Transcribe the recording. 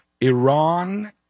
Iran